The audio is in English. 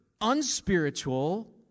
unspiritual